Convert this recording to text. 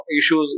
issues